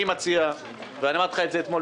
אני מציע, ואמרתי לך את זה אתמול.